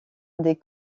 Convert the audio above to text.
des